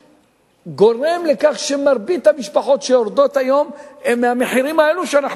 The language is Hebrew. אני אומר לך, מדינה שיודעת לתת לאזרחיה את